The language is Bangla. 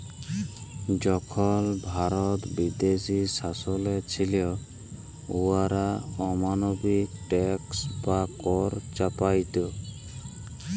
যখল ভারত বিদেশী শাসলে ছিল, উয়ারা অমালবিক ট্যাক্স বা কর চাপাইত